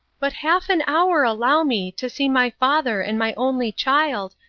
but half an hour allow me, to see my father and my only child,